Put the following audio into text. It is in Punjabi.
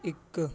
ਇੱਕ